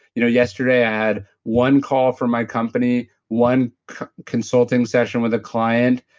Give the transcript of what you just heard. you know yesterday, i had one call for my company, one consulting session with a client,